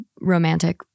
romantic